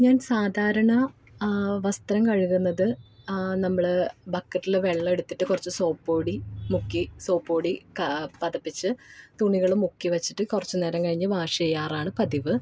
ഞാൻ സാധാരണ വസ്ത്രം കഴുകുന്നത് നമ്മൾ ബക്കറ്റിൽ വെള്ളം എടുത്തിട്ട് കുറച്ച് സോപ്പുപൊടി മുക്കി സോപ്പുപൊടി പതിപ്പിച്ച് തുണികൾ മുക്കി വച്ചിട്ട് കുറച്ച് നേരം കഴിഞ്ഞ് വാഷ് ചെയ്യാറാണ് പതിവ്